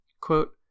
Quote